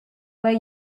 way